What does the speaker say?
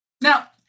Now